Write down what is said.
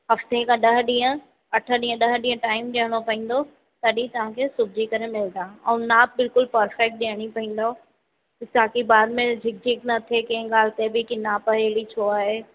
हफ़्ते खां ॾह ॾींहं अठ ॾींहं ॾह ॾींहं टाइम ॾियणो पईंदो तॾहिं तव्हां खे सिबजी करे मिलंदा और नाप बिल्कुलु परफ़ेक्ट ॾियणी पईंदव ताकि बाद में झिग झिग न थिए कंहिं ॻाल्हि ते बि कि नाप हेड़ी छो आहे